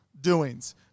doings